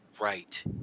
Right